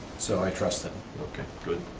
so i trust them. okay, good.